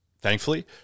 thankfully